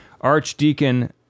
Archdeacon